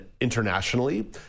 internationally